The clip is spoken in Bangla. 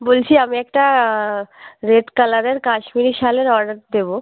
বলছি আমি একটা রেড কালারের কাশ্মীরি সালের অর্ডার দেবো